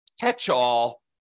catch-all